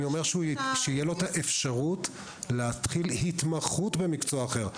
אני אומר שתהיה לו אפשרות להתחיל התמחות במקצוע אחר.